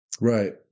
Right